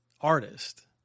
artist